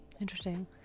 Interesting